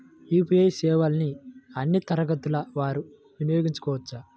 UPI సేవలని అన్నీ తరగతుల వారు వినయోగించుకోవచ్చా?